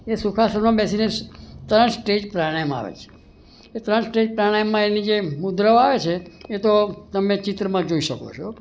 એ સુખાસનમાં બેસીને ત્રણ સ્ટેજ પ્રાણાયામ આવે છે એ ત્રણ સ્ટેજ પ્રણાયામમાં એની જે મુદ્રાઓ આવે છે એ તો તમે ચિત્રમાં જ જોઈ શકો છો